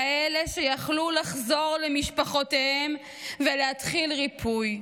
כאלה שיכלו לחזור למשפחותיהם ולהתחיל ריפוי,